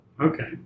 Okay